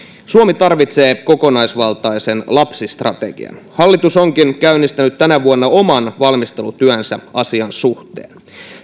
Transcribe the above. suomi tarvitsee kokonaisvaltaisen lapsistrategian hallitus onkin käynnistänyt tänä vuonna oman valmistelutyönsä asian suhteen